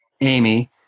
Amy